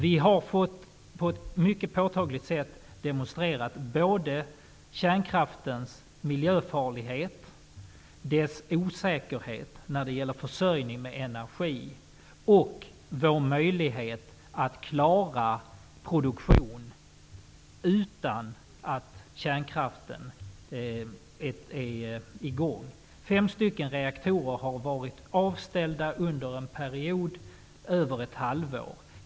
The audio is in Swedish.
Vi har på ett mycket påtagligt sätt fått kärnkraftens miljöfarlighet, dess osäkerhet när det gäller försörjning med energi och vår möjlighet att klara produktion utan att kärnkraften är i gång demonstrerad. Fem stycken reaktorer har varit avställda under en period på över ett halvår.